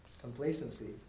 Complacency